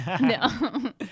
No